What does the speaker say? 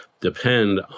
depend